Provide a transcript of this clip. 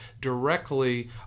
directly